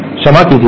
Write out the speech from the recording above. क्षमा कीजिए